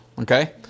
Okay